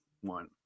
one